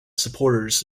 supporters